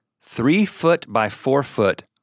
three-foot-by-four-foot